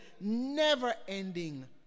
never-ending